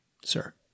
sir